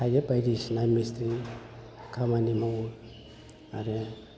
थायो बायदिसिना मिस्ट्रि खामानि मावो आरो